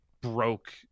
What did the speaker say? broke